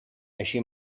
així